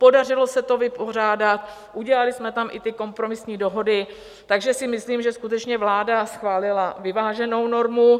Podařilo se to vypořádat, udělali jsme tam i ty kompromisní dohody, takže si myslím, že skutečně vláda schválila vyváženou normu.